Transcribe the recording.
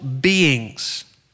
beings